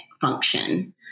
function